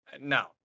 No